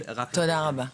תודה רבה.